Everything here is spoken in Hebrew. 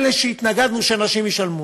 אלה שהתנגדו שהנשים ישלמו.